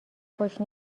خوش